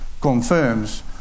confirms